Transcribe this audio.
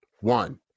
one